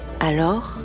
Alors